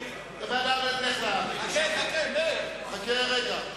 אדוני היושב-ראש, חכה רגע.